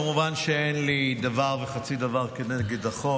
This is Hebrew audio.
כמובן שאין לי דבר וחצי דבר כנגד החוק